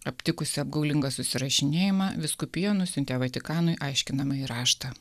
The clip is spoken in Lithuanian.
aptikusi apgaulingą susirašinėjimą vyskupija nusiuntė vatikanui aiškinamąjį raštą